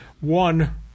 One